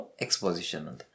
exposition